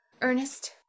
Ernest